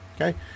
okay